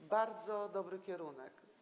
To bardzo dobry kierunek.